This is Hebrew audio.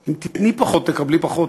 אם תיתני פחות תקבלי פחות,